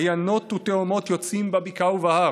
עֲיָנֹת וּתהֹמֹת יֹצאים בבקעה ובהר.